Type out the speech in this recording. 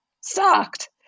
sucked